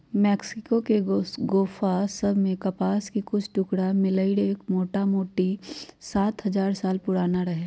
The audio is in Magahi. मेक्सिको के गोफा सभ में कपास के कुछ टुकरा मिललइ र जे मोटामोटी सात हजार साल पुरान रहै